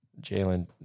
Jalen